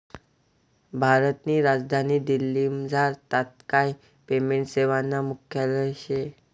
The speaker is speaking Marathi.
भारतनी राजधानी दिल्लीमझार तात्काय पेमेंट सेवानं मुख्यालय शे